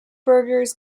burgers